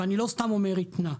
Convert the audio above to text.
ואני לא סתם אומר התנה.